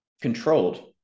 controlled